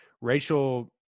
Rachel